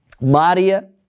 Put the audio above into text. Maria